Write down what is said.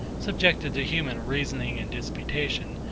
subjected to human reasoning and disputation,